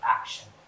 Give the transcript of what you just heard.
action